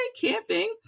camping